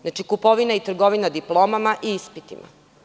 Znači, kupovina i trgovina diplomama i ispitima.